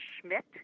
Schmidt